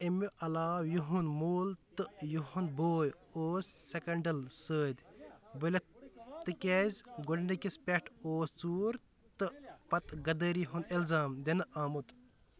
اَمہِ علاوٕ یِہُنٛد مول تہٕ یِہُنٛد بوے اوس سٮ۪کَنڈٕل سۭتۍ ؤلِتھ تِکیٛازِ گۄڈنٕکِس پٮ۪ٹھ اوس ژوٗر تہٕ پتہٕ غدٲری ہُنٛد اِلزام دِنہٕ آمُت